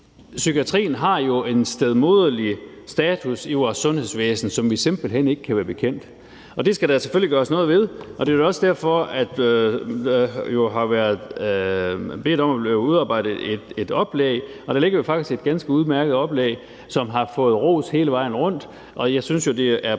psykiatrien har jo en stedmoderlig status i vores sundhedsvæsen, som vi simpelt hen ikke kan være bekendt, og det skal der selvfølgelig gøres noget ved. Det er vel også derfor, at man er blevet bedt om at udarbejde et oplæg, og der ligger faktisk et ganske udmærket oplæg, som har fået ros hele vejen rundt, og jeg synes jo, det er på tide,